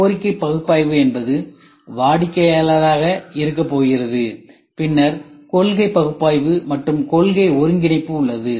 கோரிக்கை பகுப்பாய்வு என்பது வாடிக்கையாளராக இருக்கப் போகிறது பின்னர் கொள்கைபகுப்பாய்வு மற்றும் கொள்கை ஒருங்கிணைப்பு உள்ளது